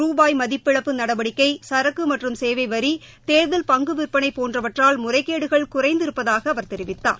ருபாய் மதிப்பிழப்பு நடவடிக்கை சரக்கு மற்றம் சேவை வரி தேர்தல் பங்கு விற்பனை போன்றவற்றால் முறைகேடுகள் குறைந்திருப்பதாக அவர் தெரிவித்தார்